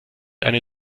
eine